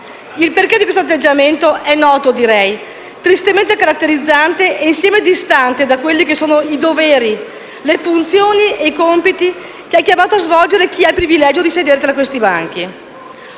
Il perché di questo atteggiamento è noto, direi tristemente caratterizzante e insieme distante dai doveri, le funzioni e i compiti che è chiamato a svolgere chi ha il privilegio di sedere tra questi banchi.